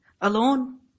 alone